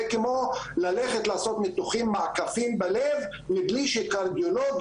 זה כמו ללכת לעשות ניתוחי מעקפים בלב מבלי שקרדיולוג